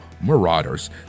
Marauders